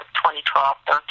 2012-13